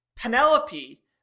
Penelope